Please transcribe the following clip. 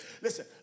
Listen